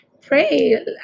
pray